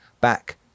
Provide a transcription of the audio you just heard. back